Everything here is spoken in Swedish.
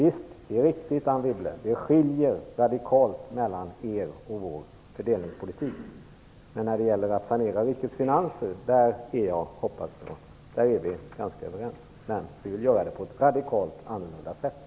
Det är riktigt, Anne Wibble, att er och vår fördelningspolitik skiljer sig åt radikalt, men när det gäller att sanera rikets finanser är vi, hoppas jag, någorlunda överens, men vi vill göra det på ett sätt som är radikalt annorlunda.